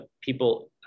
people